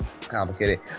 complicated